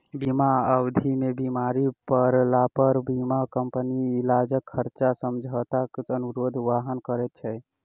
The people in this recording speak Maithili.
बीमा अवधि मे बीमार पड़लापर बीमा कम्पनी इलाजक खर्च समझौताक अनुरूप वहन करैत छै